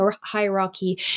hierarchy